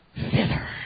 thither